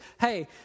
hey